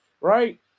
right